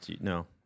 no